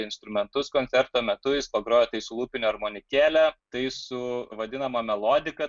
instrumentus koncerto metu jis pagrojo tai su lūpine armonikėle tai su vadinama melodika